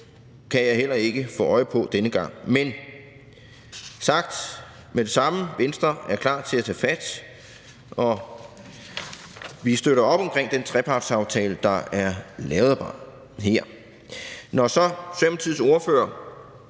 kan jeg heller ikke få øje på denne gang. Men lad det være sagt med det samme: Venstre er klar til at tage fat, og vi støtter op omkring den trepartsaftale, der er lavet her. Når Socialdemokratiets ordfører